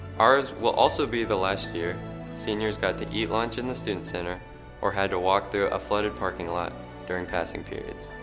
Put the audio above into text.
ours will also be the last year seniors got to eat lunch in the student center or had to walk through a flooded parking lot during passing periods.